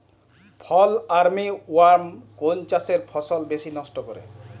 ফল armyworm কোন চাষের ফসল বেশি নষ্ট করে?